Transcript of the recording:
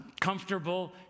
comfortable